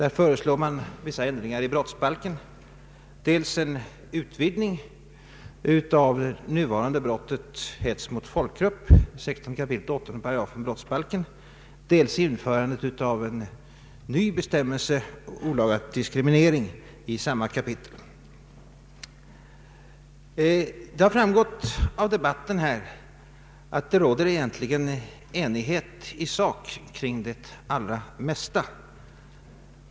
Där föreslås vissa ändringar i brottsbalken: dels en utvidgning av det nuvarande brottet hets mot folkgrupp, 16 kap. 48 8 brottsbalken, dels införandet av ett nytt brott, olaga diskriminering, i samma kapitel. Det har framgått av debatten här att det egentligen råder enighet i sak kring det allra mesta.